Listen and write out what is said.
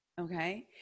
Okay